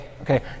Okay